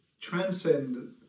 transcend